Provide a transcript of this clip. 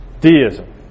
deism